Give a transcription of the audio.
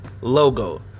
logo